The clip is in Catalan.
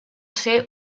ser